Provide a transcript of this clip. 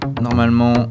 normalement